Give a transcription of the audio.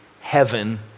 heaven